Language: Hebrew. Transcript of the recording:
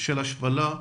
של השפלה,